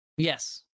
Yes